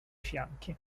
fianchi